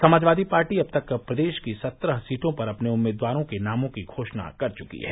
Samajwadi party अब तक प्रदेश की सत्रह सीटों पर अपने उम्मीदवारों के नामों की घोषणा कर चुकी है